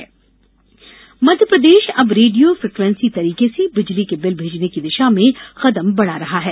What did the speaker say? बिजली मीटर मध्यप्रदेश अब radio frequency तरीके से बिजली के बिल भेजने की दिशा में कदम बढा रहा है